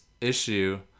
issue